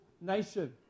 nation